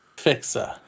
Fixer